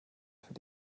für